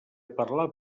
parlar